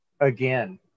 again